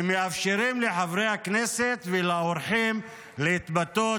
ומאפשרים לחברי הכנסת ולאורחים להתבטא,